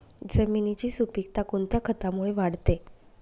जमिनीची सुपिकता कोणत्या खतामुळे वाढते?